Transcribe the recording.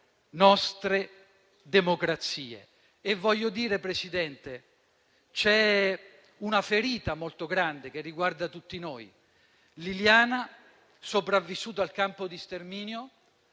nostre democrazie. Signora Presidente, c'è una ferita molto grande che riguarda tutti noi. Liliana, sopravvissuta al campo di sterminio,